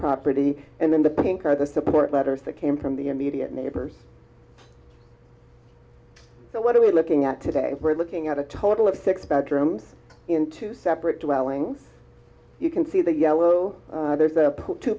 property and in the pink are the support letters that came from the immediate neighbors so what are we looking at today we're looking at a total of six bedrooms in two separate dwellings you can see the yellow there's